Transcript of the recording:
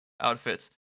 outfits